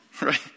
Right